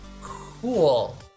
Cool